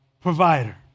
provider